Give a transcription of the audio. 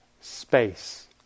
space